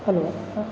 hello ಹಾಂ